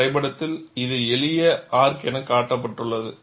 வரைபடத்தில் இது எளிய ஆர்க் என காட்டப்பட்டுள்ளது